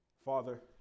Father